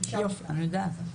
נהדר.